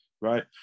right